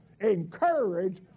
encourage